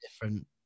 different